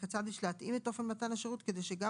וכיצד יש להתאים את אופן מתן השירות כדי שגם